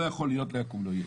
לא יכול להיות, לא יקום ולא יהיה.